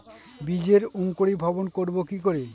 বীজের অঙ্কুরিভবন করব কি করে?